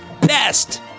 best